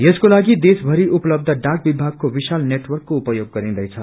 यसको लागि देशभरि उपलब्य डाक विभागको विशाल नेटवर्क को उपयोग गरिन्दैछ